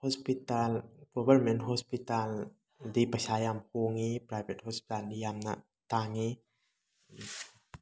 hospital government ꯍꯣꯁꯄꯤꯇꯥꯜꯗꯤ ꯄꯩꯁꯥ ꯌꯥꯝ ꯍꯣꯡꯉꯤ ꯄ꯭ꯔꯥꯏꯕꯦꯠ ꯍꯣꯁꯄꯤꯇꯥꯜꯗꯤ ꯌꯥꯝꯅ ꯇꯥꯡꯉꯤ